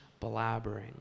blabbering